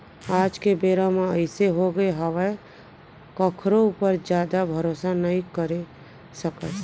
आज के बेरा म अइसे होगे हावय कखरो ऊपर जादा भरोसा नइ करे सकस